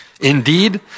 Indeed